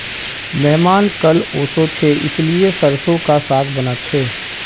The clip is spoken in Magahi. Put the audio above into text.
मेहमान कल ओशो छे इसीलिए सरसों का साग बाना छे